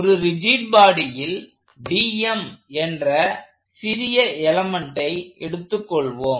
ஒரு ரிஜிட் பாடியில் dm என்ற சிறிய எலமெண்ட்டை எடுத்துக்கொள்வோம்